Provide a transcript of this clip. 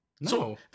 No